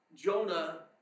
Jonah